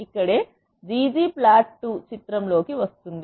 ఇక్క డే ggplot2 చిత్రం లోకి వస్తుంది